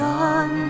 Sun